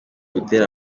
butera